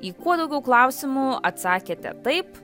į kuo daugiau klausimų atsakėte taip